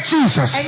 Jesus